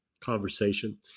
conversation